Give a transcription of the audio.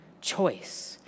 choice